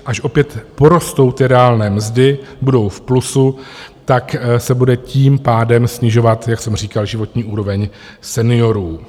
Až opět porostou ty reálné mzdy, budou v plusu, tak se bude tím pádem snižovat, jak jsem říkal, životní úroveň seniorů.